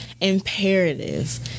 imperative